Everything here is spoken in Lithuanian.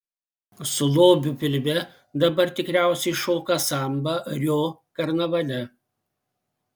su lobiu pilve dabar tikriausiai šoka sambą rio karnavale